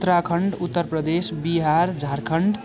Uttarakhand Uttar Pradesh Bihar Jharkhand